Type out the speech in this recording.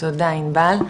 תודה ענבל.